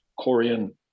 Korean